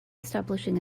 establishing